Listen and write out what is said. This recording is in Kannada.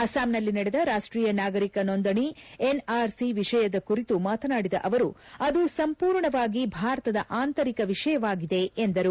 ಅಸ್ಸಾಂನಲ್ಲಿ ನಡೆದ ರಾಷ್ಷೀಯ ನಾಗರಿಕ ನೋಂದಣಿ ಎನ್ಆರ್ಸಿ ವಿಷಯದ ಕುರಿತು ಮಾತನಾಡಿದ ಅವರು ಅದು ಸಂಪೂರ್ಣವಾಗಿ ಭಾರತದ ಆಂತರಿಕ ವಿಷಯವಾಗಿದೆ ಎಂದರು